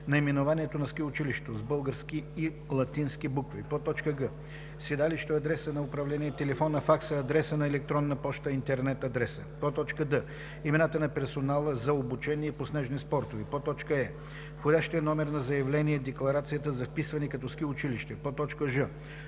наименованието на ски училището (с български и латински букви); г) седалището, адреса на управление, телефона, факса, адреса на електронната поща, интернет адреса; д) имената на персонала за обучение по снежни спортове; е) входящия номер на заявление-декларацията за вписване като ски училище; ж) номера на